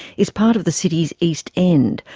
is part of the city's east end,